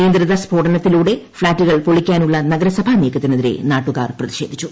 നിയന്ത്രിത സ്ഫോടന ത്തിലൂടെ ഫ്ളാറ്റുകൾ പൊളിക്കാനുള്ള നഗരസഭാ നീക്കത്തിനെതിരെ നാട്ടുകാർ പ്രതിഷേധിച്ചു